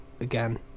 again